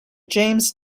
james